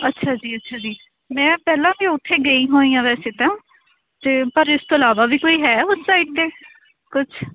ਅੱਛਾ ਜੀ ਅੱਛਾ ਜੀ ਮੈਂ ਪਹਿਲਾਂ ਵੀ ਉੱਥੇ ਗਈ ਹੋਈ ਹਾਂ ਵੈਸੇ ਤਾਂ ਅਤੇ ਪਰ ਇਸ ਤੋਂ ਇਲਾਵਾ ਵੀ ਕੋਈ ਹੈ ਉਸ ਸਾਈਡ 'ਤੇ ਕੁੱਛ